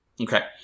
Okay